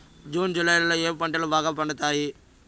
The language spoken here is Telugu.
జూన్ జులై లో ఏ పంటలు బాగా పండుతాయా?